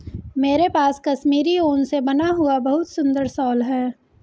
मेरे पास कश्मीरी ऊन से बना हुआ बहुत सुंदर शॉल है